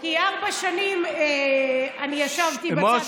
כי ארבע שנים אני ישבתי בצד הזה.